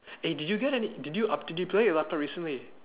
eh did you get any did you did you play recently